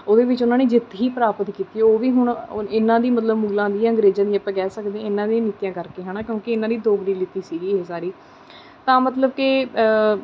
ਉਹਦੇ ਵਿੱਚ ਉਨ੍ਹਾਂ ਨੇ ਜਿੱਤ ਹੀ ਪ੍ਰਾਪਤ ਕੀਤੀ ਹੈ ਉਹ ਵੀ ਹੁਣ ਓ ਇਨ੍ਹਾਂ ਦੀ ਮਤਲਬ ਮੁਗਲਾਂ ਦੀ ਜਾਂ ਅੰਗਰੇਜ਼ਾਂ ਦੀ ਆਪਾਂ ਕਹਿ ਸਕਦੇ ਹਾਂ ਇਨ੍ਹਾਂ ਦੀ ਨੀਤੀਆਂ ਕਰਕੇ ਹੈ ਨਾ ਕਿਉਂਕਿ ਇਨ੍ਹਾਂ ਦੀ ਦੋਗਲੀ ਨੀਤੀ ਸੀਗੀ ਇਹ ਸਾਰੀ ਤਾਂ ਮਤਲਬ ਕਿ